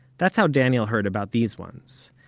that's how daniel heard about these ones.